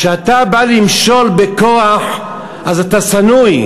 כשאתה בא למשול בכוח, אתה שנוא.